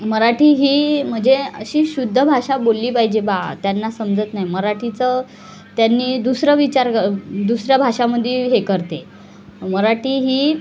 मराठी ही म्हणजे अशी शुद्ध भाषा बोलली पाहिजे बा त्यांना समजत नाही मराठीचं त्यांनी दुसरं विचार कर दुसऱ्या भाषामध्ये हे करते मराठी ही